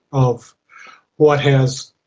of what has